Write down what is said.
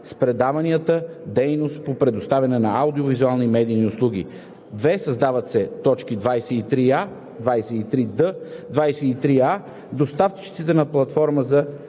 с предаванията дейност по предоставяне на аудио-визуалните медийни услуги“. 2. Създават се т. 23а – 23д: „23а. Доставчици на платформа за